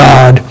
God